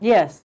Yes